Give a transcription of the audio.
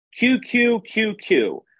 QQQQ